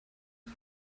add